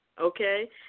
Okay